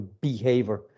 behavior